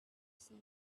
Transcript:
said